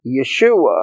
Yeshua